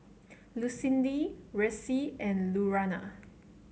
Lucindy Reece and Lurana